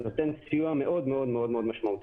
זה נותן סיוע מאוד מאוד משמעותי.